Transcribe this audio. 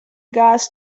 gas